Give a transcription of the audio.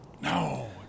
No